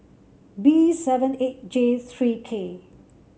B seven eight J three K